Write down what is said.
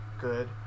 good